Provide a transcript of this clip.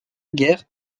guerre